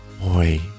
Boy